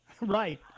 Right